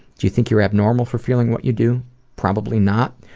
do you think you are abnormal for feeling what you do? probably not.